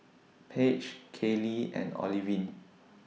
Paige Caylee and Olivine